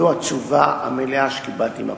זו התשובה המלאה שקיבלתי מהפרקליטות.